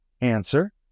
Answer